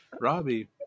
Robbie